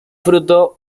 fruto